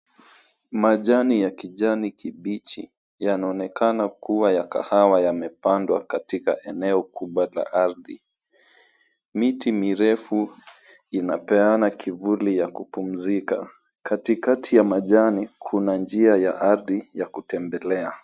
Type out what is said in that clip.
Majani ya kijani kibichi yanaonekana kuwa ya kahawa yamepandwa katika eneo kubwa la ardhi. Miti mirefu inapeana kuvuli ya kupumzima. Katikati ya majani kuna njia ya ardhi ya kutembelea.